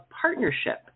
partnership